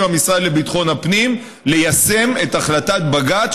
המשרד לביטחון הפנים ליישם את החלטת בג"ץ,